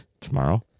Tomorrow